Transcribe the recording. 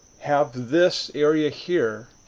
have this area here